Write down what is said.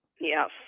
Yes